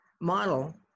model